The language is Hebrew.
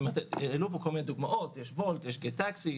העלו פה כל מיני דוגמות: וולט, גט טקסי.